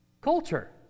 culture